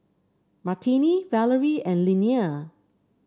Martine Valerie and Linnea